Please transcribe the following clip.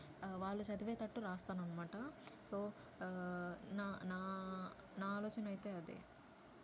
వాళ్ళు చదివేటట్టు రాస్తాను అన్నమాట సో నా నా నా ఆలోచనైతే అదే